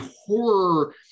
horror